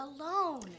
alone